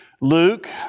Luke